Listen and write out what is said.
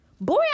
Boy